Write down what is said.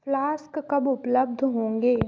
flask कब उपलब्ध होंगे